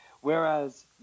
Whereas